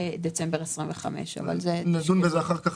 לדצמבר 25'. נדון בזה אחר כך.